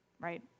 right